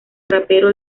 rapero